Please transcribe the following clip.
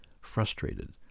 frustrated